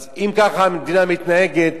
אז אם ככה המדינה מתנהגת,